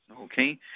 Okay